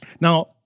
Now